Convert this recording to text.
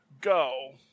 go